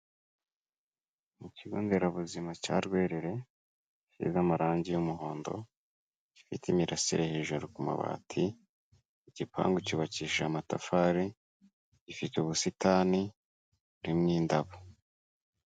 Mu kigonderabuzima cya Rwerere, kiriho amarangi y'umuhondo, gifite imirasire hejuru ku mabati, igipangu cyubakishije amatafari. Gifite ubusitani, burimo indabo.